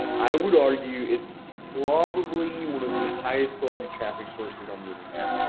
i would argue is probably one of the highest quality traffic sources on the internet.